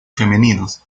femeninos